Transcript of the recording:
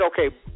okay